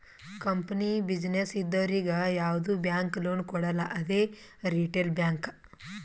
company, business ಇದ್ದವರಿಗ್ ಯಾವ್ದು bank loan ಕೊಡಲ್ಲ ಅದೇ ರಿಟೇಲ್ ಬ್ಯಾಂಕ್